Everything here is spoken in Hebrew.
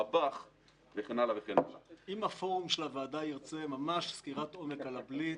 אם הפורום של הוועדה ירצה סקירת עומק על הבליץ,